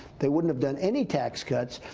they wouldn't have done any tax cuts.